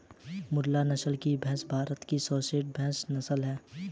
मुर्रा नस्ल की भैंस भारत की सर्वश्रेष्ठ भैंस नस्ल है